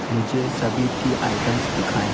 मुझे सभी tea items दिखाएँ